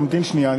תמתין שנייה,